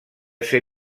ser